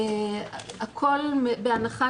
הכל בהנחה